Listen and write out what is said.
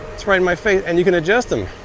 it's right in my face, and you can adjust them.